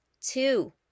two